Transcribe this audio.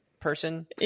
person